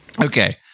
Okay